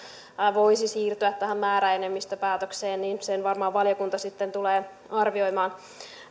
voisi siirtyä tähän määräenemmistöpäätökseen sen varmaan valiokunta sitten tulee arvioimaan